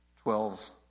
twelve